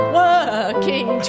working